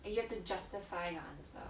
and you have to justify your answer